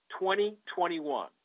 2021